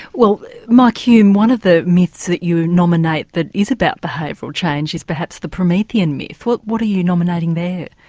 well mike hulme, and one of the myths that you nominate that is about behavioural change is perhaps the promethean myth. what what are you nominating there?